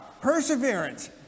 Perseverance